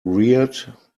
reared